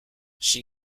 she